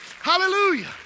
Hallelujah